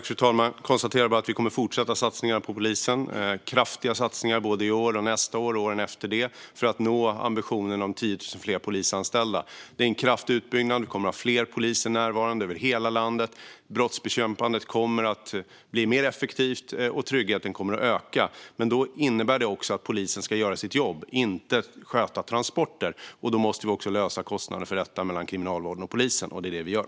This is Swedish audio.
Fru talman! Jag konstaterar bara att vi kommer att fortsätta att göra kraftiga satsningar på polisen i år, nästa år och åren efter för att nå ambitionen om 10 000 fler polisanställda. Det är en kraftig utbyggnad, och det kommer att finnas fler poliser närvarande över hela landet. Brottsbekämpandet kommer att bli mer effektivt, och tryggheten kommer att öka. Detta innebär också att polisen ska göra sitt jobb, inte sköta transporter. Då måste vi också lösa frågan om kostnaden mellan Kriminalvården och polisen.